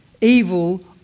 evil